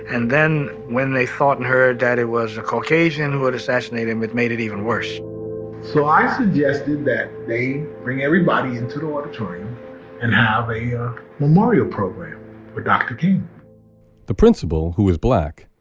and then when they thought and heard that it was a caucasian who had assassinated him, it made it even worse so i suggested that they bring everybody into the auditorium and have a yeah memorial program for dr. king the principal, who was black,